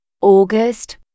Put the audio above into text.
August